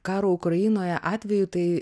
karo ukrainoje atveju tai